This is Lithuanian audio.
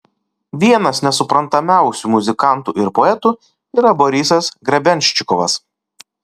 vienas nesuprantamiausių muzikantų ir poetų yra borisas grebenščikovas